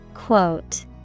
Quote